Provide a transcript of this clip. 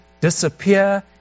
disappear